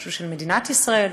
שהוא של מדינת ישראל,